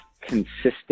consistent